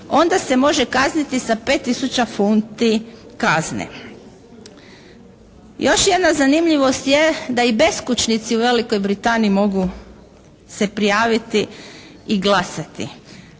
onda se može kazniti sa 5 tisuća funti kazne. Još jedna zanimljivost je da i beskućnici u Velikoj Britaniji mogu se prijaviti i glasati,